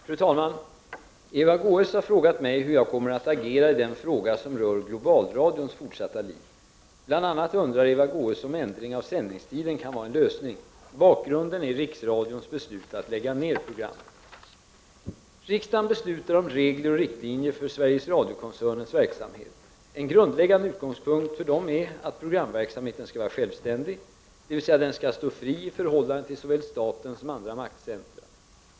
Fru talman! Eva Goés har frågat mig hur jag kommer att agera i den fråga som rör Globalradions fortsatta liv. Bl.a. undrar Eva Goös om ändring av sändningstiden kan vara en lösning. Bakgrunden är Riksradions beslut att lägga ned programmet. Riksdagen beslutar om regler och riktlinjer för Sveriges Radio-koncernens verksamhet. En grundläggande utgångspunkt för dessa är att programverksamheten skall vara självständig, dvs. den skall stå fri i förhållande till såväl staten som andra maktcentra.